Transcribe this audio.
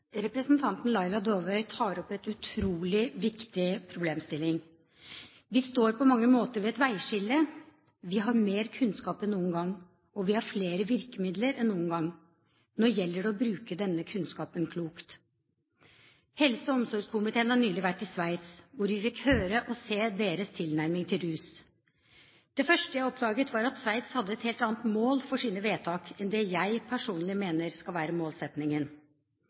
Representanten Laila Dåvøy tar opp en utrolig viktig problemstilling. Vi står på mange måter ved et veiskille. Vi har mer kunnskap enn noen gang, og vi har flere virkemidler enn noen gang. Nå gjelder det å bruke denne kunnskapen klokt. Helse- og omsorgskomiteen har nylig vært i Sveits, hvor vi fikk høre og se deres tilnærming til rus. Det første jeg oppdaget, var at Sveits hadde et helt annet mål for sine vedtak enn det jeg personlig mener skal være